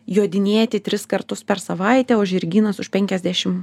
jodinėti tris kartus per savaitę o žirgynas už penkiasdešim